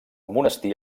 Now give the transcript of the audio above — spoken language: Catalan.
monestir